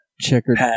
checkered